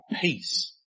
peace